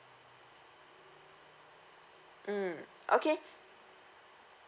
mm okay